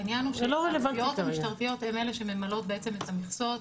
העניין הוא שהתביעות המשטרתיות הן אלה שממלאות בעצם את המכסות.